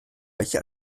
welche